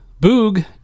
boog